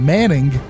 Manning